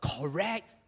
correct